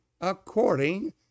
according